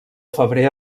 febrer